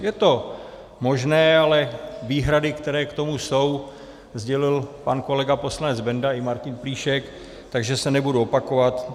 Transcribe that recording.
Je to možné, ale výhrady, které k tomu jsou, sdělil pan kolega poslanec Benda i Martin Plíšek, takže je nebudu opakovat.